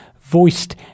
Voiced